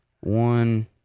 one